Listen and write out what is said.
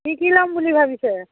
কি কি ল'ম বুলি ভাবিছে